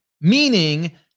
meaning